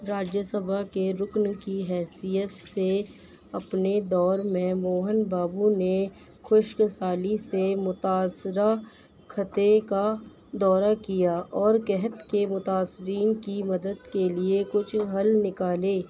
راجیہ سبھا کے رکن کی حیثیت سے اپنے دور میں موہن بابو نے خشک سالی سے متاثرہ خطے کا دورہ کیا اور قحط کے متاثرین کی مدد کے لیے کچھ حل نکالے